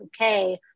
okay